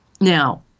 Now